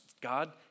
God